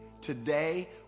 Today